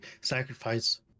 sacrifice